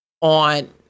on